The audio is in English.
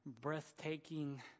breathtaking